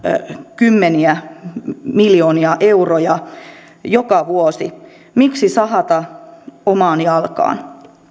kymmeniä miljoonia euroja joka vuosi miksi sahata omaan jalkaan